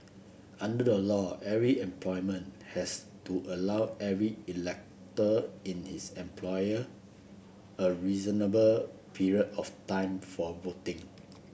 under the law every employment has to allow every elector in his employ a reasonable period of time for voting